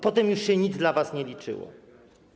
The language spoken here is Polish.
Potem już się nic dla was nie liczyło.